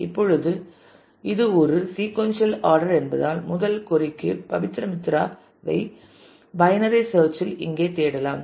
இப்பொழுது இது ஒரு சீக்கொன்சியல் ஆர்டர் என்பதால் முதல் கொறி க்கு பபித்ரா மித்ராவை பைனரி சேர்ச் இல் இங்கே தேடலாம்